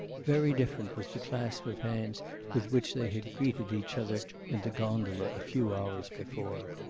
very different was the clasp of hands with which they had greeted each other in the gondola a few hours before.